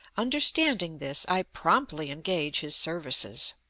understanding this, i promptly engage his services.